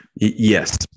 Yes